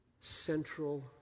central